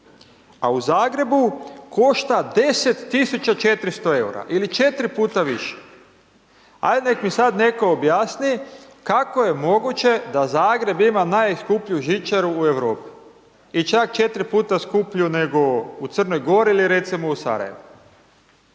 A u Zagrebu košta 10 tisuća 400 eura ili 4x više. Ajde neka mi sad netko objasni kako je moguće da Zagreb ima najskuplju žičaru u Europi i čak 4x skuplju nego u Crnoj Gori ili recimo u Sarajevu.